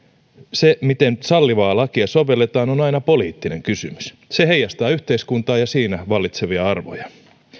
se miten sallivaa lakia sovelletaan on aina poliittinen kysymys se heijastaa yhteiskuntaa ja siinä vallitsevia arvoja